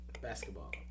Basketball